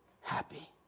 happy